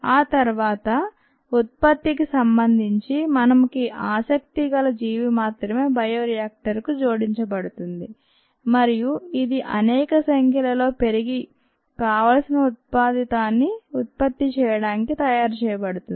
ఆ తర్వాత ఉత్పత్తికి సంబంధించి మనకి ఆసక్తి గల జీవి మాత్రమే బయోరియాక్టర్ కు జోడించబడుతుంది మరియు ఇది అనేక సంఖ్యలలో పెరిగి కావలసిన ఉత్పాదితాన్ని ఉత్పత్తి చేయడానికి తయారు చేయబడుతుంది